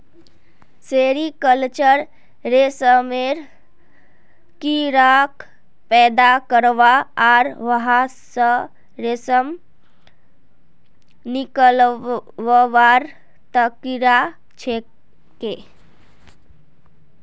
sericulture रेशमेर कीड़ाक पैदा करवा आर वहा स रेशम निकलव्वार तरिका छिके